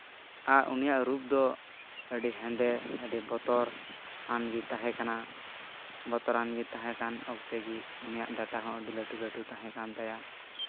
ᱟᱨ ᱩᱱᱤᱭᱟᱜ ᱨᱩᱯ ᱫᱚ ᱟᱹᱰᱤ ᱦᱮᱸᱫᱮ ᱟᱹᱰᱤ ᱵᱚᱛᱚᱨᱟᱱ ᱜᱮ ᱛᱟᱦᱮᱸ ᱠᱟᱱᱟ ᱵᱚᱛᱚᱨᱟᱱ ᱜᱮ ᱛᱟᱦᱮᱸ ᱠᱟᱱ ᱚᱠᱛᱚ ᱜᱮ ᱩᱱᱤᱭᱟᱜ ᱰᱟᱴᱟ ᱦᱚᱸ ᱟᱹᱰᱤ ᱞᱟᱹᱴᱩ ᱞᱟᱹᱴᱩ ᱛᱟᱦᱮᱸ ᱠᱟᱱ ᱛᱟᱭᱟ